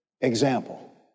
example